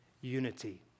unity